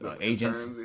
agents